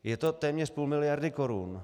Je to téměř půl miliardy korun.